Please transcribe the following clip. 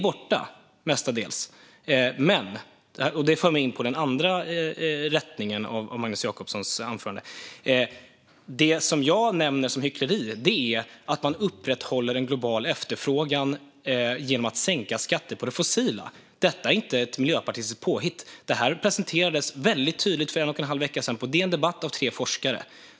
Detta är mestadels borta, men - och det för mig in på den andra rättningen av Magnus Jacobssons anförande - det som jag nämner som hyckleri är att man upprätthåller en global efterfrågan genom att sänka skatter på det fossila. Detta är inte ett miljöpartistiskt påhitt, utan det presenterades väldigt tydligt för en och en halv vecka sedan på DN Debatt av tre forskare.